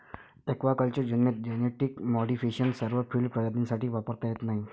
aquaculture genetic modification सर्व field प्रजातींसाठी वापरता येत नाही